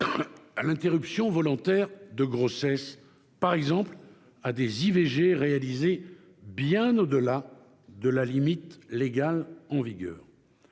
à l'interruption volontaire de grossesse, par exemple à des IVG réalisées bien au-delà de la limite légale en vigueur.